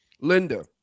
Linda